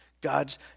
God's